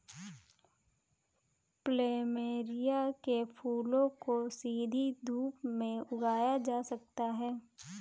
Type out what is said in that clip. plumeria के फूलों को सीधी धूप में उगाया जा सकता है